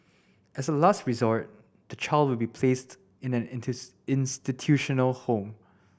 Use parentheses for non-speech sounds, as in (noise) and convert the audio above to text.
as a last resort the child will be placed in an (unintelligible) institutional home